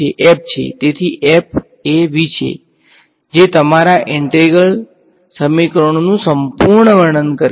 f છે તેથી f એ V છે જે તમારા ઈંટેગ્રલ સમીકરણોનું સંપૂર્ણ વર્ણન પૂર્ણ કરે છે